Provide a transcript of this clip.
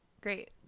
Great